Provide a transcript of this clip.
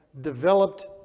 developed